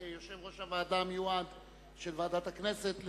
כיושב-ראש המיועד של ועדת הכנסת,